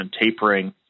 tapering